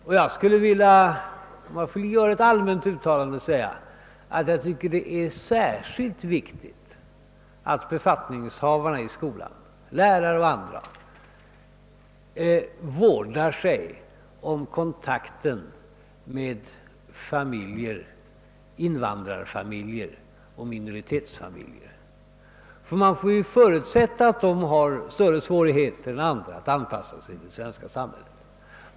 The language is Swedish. Om jag får göra ett allmänt uttalande vill jag säga, att jag tycker det är särskilt viktigt att lärare och andra befattningshavare i skolorna vårdar sig om kontakten med invandrarfamiljer och familjer från minoritetsgrupper. Man får nämligen förutsätta att dessa har större svårigheter än andra att anpassa sig i det svenska samhället.